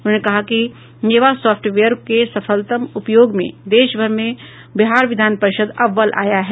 उन्होंने कहा कि नेवा सॉफ्टवेयर के सफलतम उपयोग में देश भर में बिहार विधान परिषद् अव्वल आया है